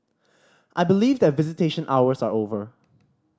I believe that visitation hours are over